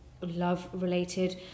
love-related